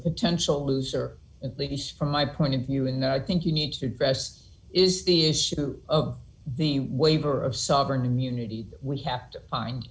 potential loser at least from my point of view and i think you need to address is the issue of the waiver of sovereign immunity that we have to find